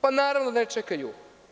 Pa naravno da ne čekaju.